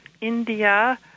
India